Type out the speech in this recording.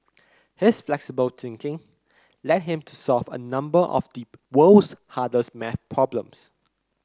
his flexible thinking led him to solve a number of the world's hardest maths problems